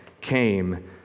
came